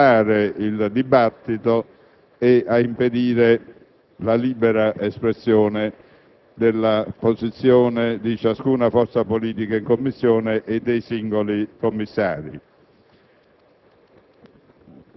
strangolare il dibattito o ad impedire la libera espressione della posizione di ciascuna forza politica e dei singoli commissari.